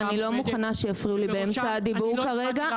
אני לא מוכנה שיפריעו לי באמצע הדיבור כרגע.